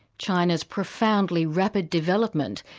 china's profoundly rapid development,